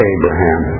Abraham